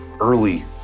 early